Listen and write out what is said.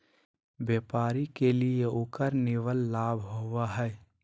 व्यापारी के लिए उकर निवल लाभ होबा हइ